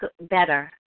better